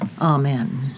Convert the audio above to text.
Amen